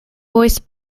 voiced